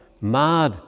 Mad